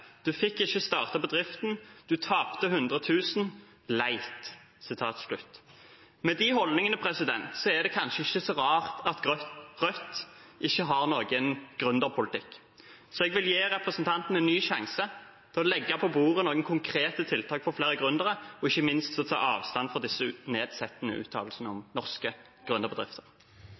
Du fikk ikke starta bedriften. Du tapte 100 000. Leit.» Med de holdningene er det kanskje ikke så rart at Rødt ikke har noen gründerpolitikk, så jeg vil gi representanten en ny sjanse til å legge på bordet noen konkrete tiltak for flere gründere og ikke minst ta avstand fra disse nedsettende uttalelsene om norske